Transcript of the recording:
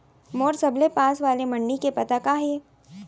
मोर सबले पास वाले मण्डी के पता का हे?